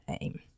aim